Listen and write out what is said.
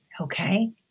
okay